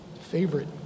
favorite